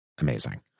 Amazing